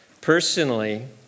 Personally